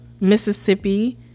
Mississippi